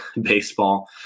baseball